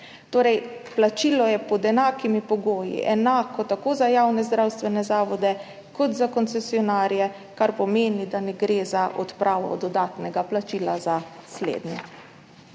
Torej, plačilo je pod enakimi pogoji, enako tako za javne zdravstvene zavode kot za koncesionarje, kar pomeni, da ne gre za odpravo dodatnega plačila za slednje.